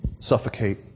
suffocate